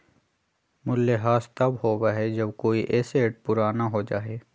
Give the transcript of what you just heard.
मूल्यह्रास तब होबा हई जब कोई एसेट पुराना हो जा हई